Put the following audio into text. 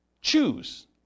choose